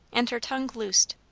and her tongue loosed.